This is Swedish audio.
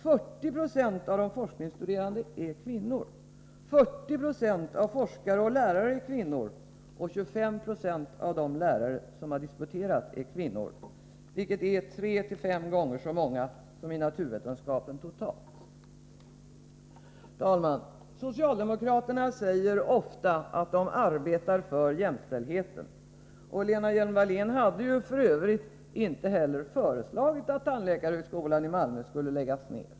40 90 av de forskningsstuderande är kvinnor, 40 90 av forskare och lärare är kvinnor, och 25 26 av de lärare som har disputerat är kvinnor, vilket är 3—5 gånger så många som i naturvetenskapen totalt. Herr talman! Socialdemokraterna säger ofta att de arbetar för jämställdheten, och Lena Hjelm-Wallén hade f. ö. inte föreslagit att tandläkarhögskolan i Malmö skulle läggas ner.